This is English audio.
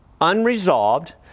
unresolved